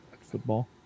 football